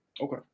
Okay